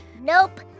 Nope